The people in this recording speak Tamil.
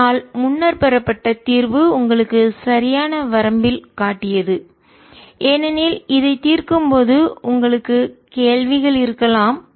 ஆனால் முன்னர் பெறப்பட்ட தீர்வு உங்களுக்கு சரியான வரம்பில் காட்டியது ஏனெனில் இதை தீர்க்கும் போது உங்களுக்கு கேள்விகள் இருக்கலாம்